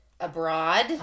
abroad